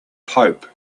pope